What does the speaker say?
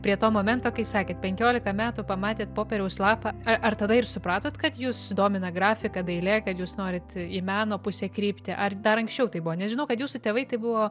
prie to momento kai sakėt penkiolika metų pamatėe popieriaus lapą ar tada ir supratot kad jus domina grafika dailė kad jūs norit į meno pusę krypti ar dar anksčiau tai buvo nes žinau kad jūsų tėvai tai buvo